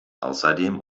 außerdem